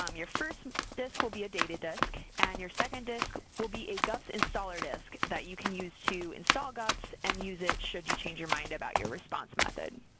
um your first disc will be a data disc, and your second disc will be a gups installer disc that you can use to install gups and use it should you change your mind about your response method.